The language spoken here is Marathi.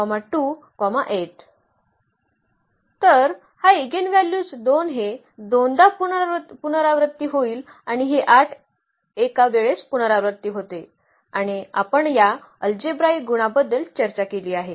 तर हा ईगेनव्हल्यूज 2 हे दोनदा पुनरावृत्ती होईल आणि हे 8 एका वेळेस पुनरावृत्ती होते आणि आपण या अल्जेब्राईक गुणाबद्दल चर्चा केली आहे